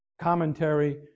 Commentary